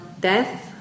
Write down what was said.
death